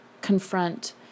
confront